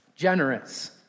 generous